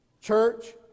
Church